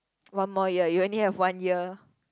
one more year you only have one year